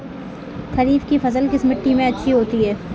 खरीफ की फसल किस मिट्टी में अच्छी होती है?